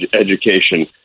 education